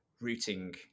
routing